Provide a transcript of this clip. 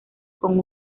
con